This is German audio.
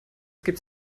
gibt